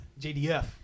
JDF